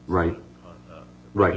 right right